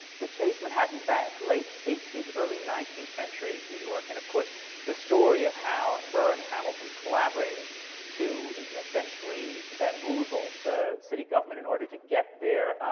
the chase manhattan bank, late eighteenth, early nineteenth century new york. and of course the story of how burr and hamilton collaborated to essentially bamboozle the city government in order to get their,